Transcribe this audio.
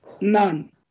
None